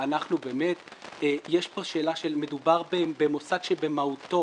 יש פה שאלה שמדובר במוסד שבמהותו,